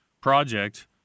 project